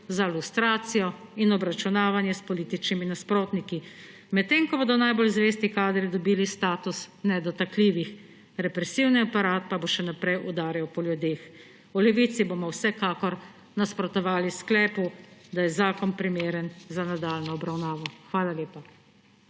za lustracijo in obračunavanje s političnimi nasprotniki, medtem ko bodo najbolj zvesti kadri dobili status nedotakljivih, represivni aparat pa bo še naprej udarjal po ljudeh. V Levici bomo vsekakor nasprotovali sklepu, da je zakon primeren za nadaljnjo obravnavo. Hvala lepa.